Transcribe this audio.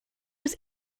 was